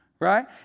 Right